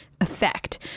Effect